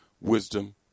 wisdom